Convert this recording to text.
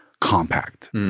Compact